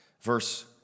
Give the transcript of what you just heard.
verse